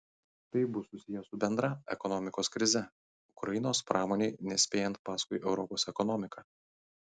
tai bus susiję su bendra ekonomikos krize ukrainos pramonei nespėjant paskui europos ekonomiką